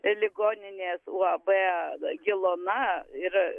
ligoninės uab gilona ir